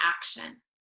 action